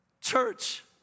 Church